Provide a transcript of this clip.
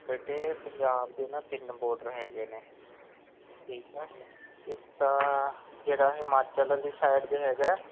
ਬੇਟੇ ਪੰਜਾਬ ਦੇ ਨਾ ਤਿੰਨ ਬੋਰਡਰ ਹੈਗੇ ਨੇ ਠੀਕ ਹੈ ਇੱਕ ਤਾਂ ਜਿਹੜਾ ਹਿਮਾਚਲ ਵਾਲੀ ਸਾਈਡ ਦੇ ਹੈਗਾ